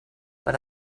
but